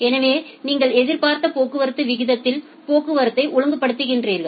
எனவே நீங்கள் எதிர்பார்த்த போக்குவரத்து விகிதத்தில் போக்குவரத்தை ஒழுங்குபடுத்துகிறீர்கள்